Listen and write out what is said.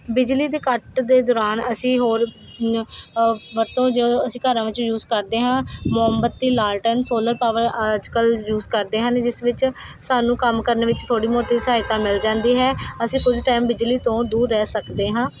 ਬਿਜਲੀ ਦੇ ਕੱਟ ਦੇ ਦੌਰਾਨ ਅਸੀਂ ਹੋਰ ਨ ਵਰਤੋਂ ਜੋ ਅਸੀਂ ਘਰਾਂ ਵਿੱਚ ਯੂਸ ਕਰਦੇ ਹਾਂ ਮੋਮਬੱਤੀ ਲਾਲਟਨ ਸੋਲਰ ਪਾਵਰ ਅੱਜ ਕੱਲ੍ਹ ਯੂਸ ਕਰਦੇ ਹਨ ਜਿਸ ਵਿੱਚ ਸਾਨੂੰ ਕੰਮ ਕਰਨ ਵਿੱਚ ਥੋੜ੍ਹੀ ਮੋਟੀ ਸਹਾਇਤਾ ਮਿਲ ਜਾਂਦੀ ਹੈ ਅਸੀਂ ਕੁਝ ਟਾਈਮ ਬਿਜਲੀ ਤੋਂ ਦੂਰ ਰਹਿ ਸਕਦੇ ਹਾਂ